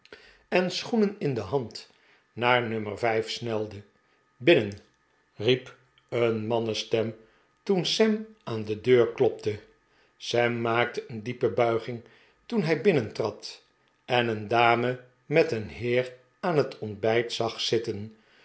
en schoenen in de hand naar nummer vijf snelde binnen riep een mannenstem toen sam aan de deur klopte sam maakte een diepe buiginq toen hij binnentrad en een dame met een heer aan het ontbijt zag zitten